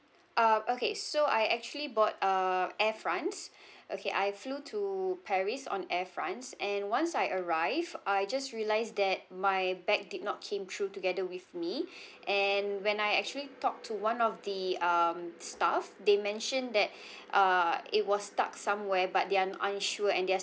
uh okay so I actually bought uh air france okay I flew to paris on air france and once I arrived I just realised that my bag did not came through together with me and when I actually talked to one of the um staff they mentioned that uh it was stuck somewhere but they are unsure and they are